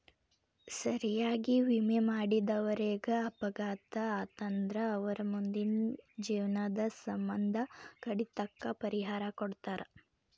ಸರಿಯಾಗಿ ವಿಮೆ ಮಾಡಿದವರೇಗ ಅಪಘಾತ ಆತಂದ್ರ ಅವರ್ ಮುಂದಿನ ಜೇವ್ನದ್ ಸಮ್ಮಂದ ಕಡಿತಕ್ಕ ಪರಿಹಾರಾ ಕೊಡ್ತಾರ್